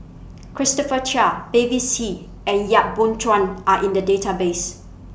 Christopher Chia Mavis See and Yap Boon Chuan Are in The Database